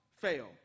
fail